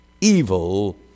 evil